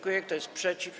Kto jest przeciw?